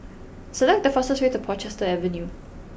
select the fastest way to Portchester Avenue